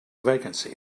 vacancy